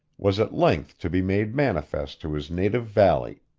was at length to be made manifest to his native valley.